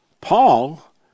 paul